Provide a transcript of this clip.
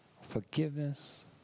forgiveness